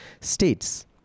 states